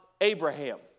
Abraham